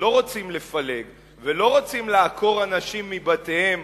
ולא רוצים לפלג ולא רוצים לעקור אנשים מבתיהם